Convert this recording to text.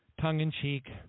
tongue-in-cheek